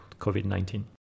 COVID-19